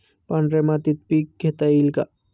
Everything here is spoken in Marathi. पांढऱ्या मातीत पीक घेता येईल का?